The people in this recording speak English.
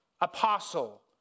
apostle